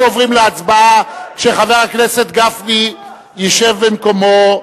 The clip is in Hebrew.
אנחנו עוברים להצבעה כשחבר הכנסת גפני ישב במקומו.